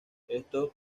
estos